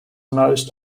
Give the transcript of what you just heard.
most